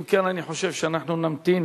אם כן, אני חושב שאנחנו נמתין